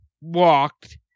walked